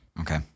Okay